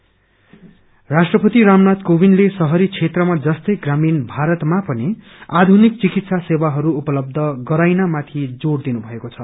health service राष्ट्रपति रामनाथ कोविन्दले शहरी क्षेत्रमा जस्तै ग्रामीण भारतमा पनि आधुनिक चिकित्सा सेवाहरू उपलब्ध गराइने माथि जोड़ दिनु भक्पो छ